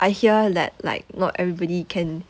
I hear that like not everybody can